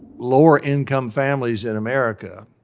lower income families in america